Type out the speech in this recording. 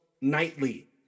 nightly